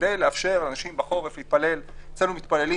אצלנו מתפללים